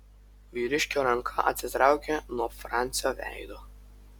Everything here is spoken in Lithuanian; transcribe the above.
vyriškio ranka atsitraukė nuo francio veido